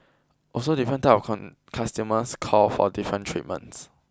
also different type of customers call for different treatments